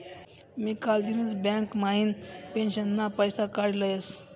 मी कालदिनच बँक म्हाइन पेंशनना पैसा काडी लयस